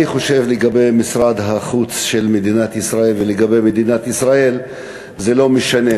אני חושב שלגבי משרד החוץ של מדינת ישראל ולגבי מדינת ישראל זה לא משנה,